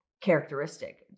characteristic